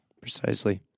Precisely